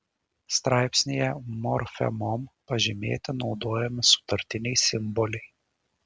straipsnyje morfemom pažymėti naudojami sutartiniai simboliai